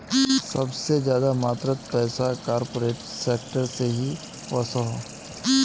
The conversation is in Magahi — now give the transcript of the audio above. सबसे ज्यादा मात्रात पैसा कॉर्पोरेट सेक्टर से ही वोसोह